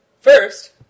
First